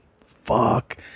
fuck